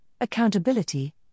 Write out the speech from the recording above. accountability